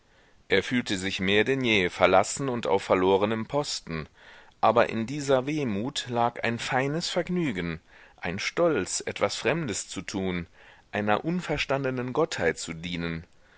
er fühlte sich mehr denn je verlassen und auf verlorenem posten aber in dieser wehmut lag ein feines vergnügen ein stolz etwas fremdes zu tun einer unverstandenen gottheit zu dienen